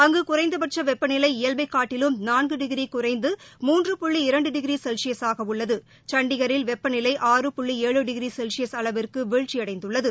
அங்கு குறைந்தபட்ச வெப்ப நிலை இயல்பை காட்டிலும் நான்கு டிகிரி குறைந்து மூன்று புள்ளி இரண்டு டிகிரி செல்சியஸாக உள்ளது சண்டிகரில் வெப்ப நிலை ஆறு புள்ளி ஏழு டிகிரி செல்சியஸ் அளவிற்கு வீழ்ச்சியடைந்தள்ளது